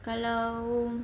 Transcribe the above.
kalau